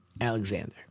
Alexander